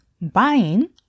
buying